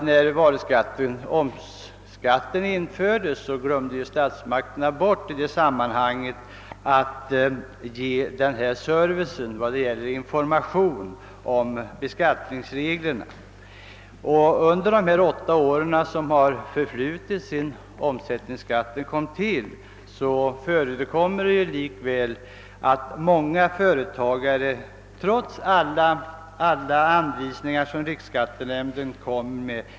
När omsättningsskatten infördes glömde ju statsmakterna bort att ge service vad gäller information om beskattningsreglerna. Och än i dag — åtta år efter omsättningsskattens införande — är det många företagare som inte känner till hur de skall ta ut varuskatten, trots alla anvisningar som riksskattenämnden kommer med.